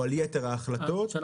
או על יתר ההחלטות?